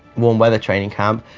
warm weather training camp.